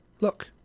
look